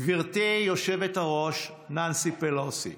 גברתי היושבת-ראש ננסי פלוסי,